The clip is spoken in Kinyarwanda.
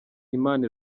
imana